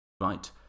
right